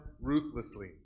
ruthlessly